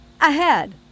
Ahead